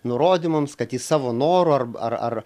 nurodymams kad jis savo noru ar ar